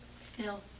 Phil